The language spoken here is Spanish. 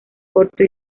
corto